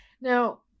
Now